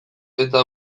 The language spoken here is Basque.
eta